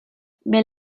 mais